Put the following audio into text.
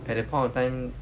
at that point of time